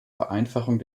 vereinfachung